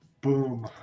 Boom